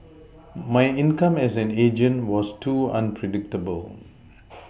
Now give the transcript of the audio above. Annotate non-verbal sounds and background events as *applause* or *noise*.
my income as an agent was too unpredictable *noise*